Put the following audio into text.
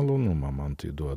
malonumą man tai duoda